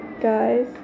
guys